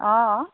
অঁ